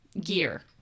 gear